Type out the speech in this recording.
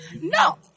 No